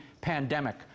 pandemic